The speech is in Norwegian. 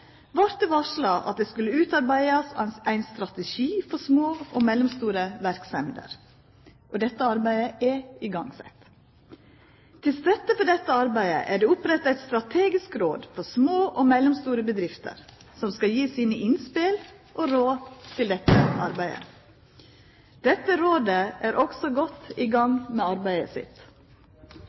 vart det varsla at det skulle utarbeidast ein strategi for små og mellomstore verksemder. Dette arbeidet er igangsett. Til støtte for dette arbeidet er det oppretta eit strategisk råd for små og mellomstore bedrifter, som skal gje sine innspel og råd til dette samarbeidet. Dette rådet er også godt i gang med arbeidet sitt.